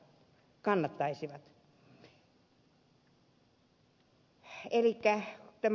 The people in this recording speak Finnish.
elikkä tämä ed